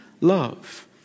love